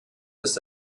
ist